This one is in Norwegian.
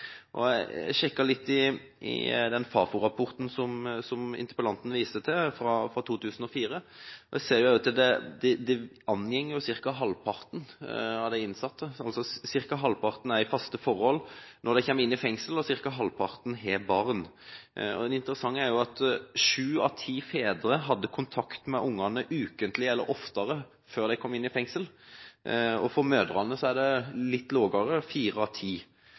og jeg ser at dette angår ca. halvparten av de innsatte – ca. halvparten er i faste forhold når de kommer inn i fengsel, og ca. halvparten har barn. Det interessante er at sju av ti fedre hadde kontakt med ungene ukentlig eller oftere før de kom inn i fengsel. For mødrene er dette tallet litt lavere – fire av ti.